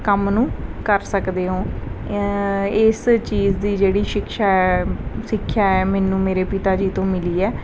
ਕੰਮ ਨੂੰ ਕਰ ਸਕਦੇ ਹੋ ਇਸ ਚੀਜ਼ ਦੀ ਜਿਹੜੀ ਸ਼ਿਕਸ਼ਾ ਹੈ ਸਿੱਖਿਆ ਹੈ ਮੈਨੂੰ ਮੇਰੇ ਪਿਤਾ ਜੀ ਤੋਂ ਮਿਲੀ ਹੈ